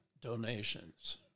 donations